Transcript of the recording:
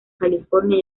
california